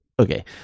Okay